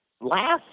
last